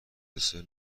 دسر